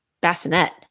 bassinet